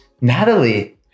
natalie